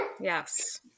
Yes